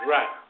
Right